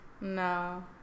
No